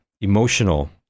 emotional